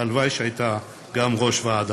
הלוואי שהייתה גם היא ראש ועדה,